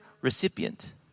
recipient